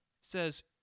says